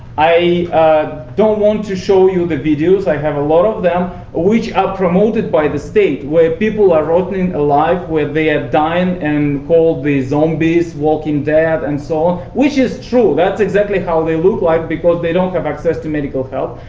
i don't want to show you the videos i have a lot of them ah which are promoted by the state, where people are rotting alive, where they are dying, and called the zombies, walking dead, and so on. which is true that's exactly how they look like, because they don't have access to medical help.